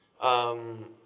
um